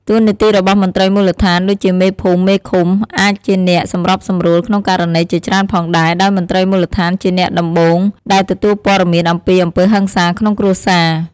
តួនាទីរបស់មន្ត្រីមូលដ្ឋាន ដូចជាមេភូមិ មេឃុំ អាចជាអ្នកសម្របសម្រួលក្នុងករណីជាច្រើនផងដែរ ដោយមន្ត្រីមូលដ្ឋានជាអ្នកដំបូងដែលទទួលព័ត៌មានអំពីអំពើហិង្សាក្នុងគ្រួសារ។